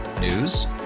News